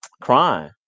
crime